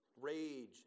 Rage